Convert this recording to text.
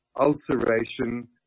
ulceration